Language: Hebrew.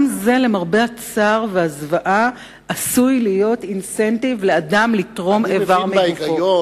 גם זה למרבה הצער והזוועה עשוי להיות אינסנטיב לאדם לתרום איבר מגופו.